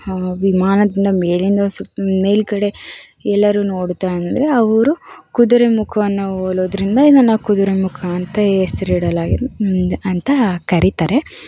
ವಿಮಾನದಿಂದ ಮೇಲಿಂದ ಸುತ್ ಮೇಲುಗಡೆ ಎಲ್ಲರು ನೋಡಿದ ಅಂದರೆ ಆ ಊರು ಕುದುರೆ ಮುಖವನ್ನು ಹೋಲೋದ್ರಿಂದ ಇದನ್ನು ಕುದುರೆಮುಖ ಅಂತ ಹೆಸರಿಡಲಾಗಿದೆ ಅಂತ ಕರೀತಾರೆ